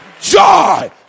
joy